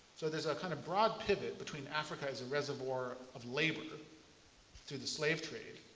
so there's a kind of broad pivot between africa as a reservoir of labor through the slave trade.